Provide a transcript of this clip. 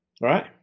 Right